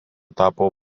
tapo